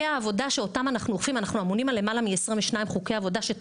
אנחנו אמונים על למעלה מ-22 חוקי עבודה שאותם אנחנו אוכפים,